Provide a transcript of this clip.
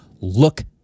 look